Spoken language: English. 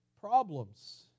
problems